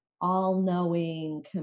all-knowing